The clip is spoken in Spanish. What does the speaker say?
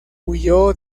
huyó